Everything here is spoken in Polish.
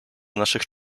naszych